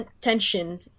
tension